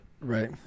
Right